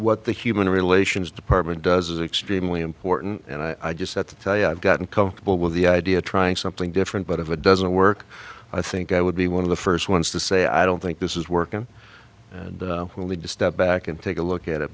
what the human relations department does is extremely important and i just at the tell you i've gotten comfortable with the idea trying something different but if it doesn't work i think i would be one of the first ones to say i don't think this is working and we'll need to step back and take a look at it